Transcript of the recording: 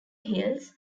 hills